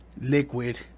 liquid